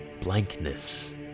blankness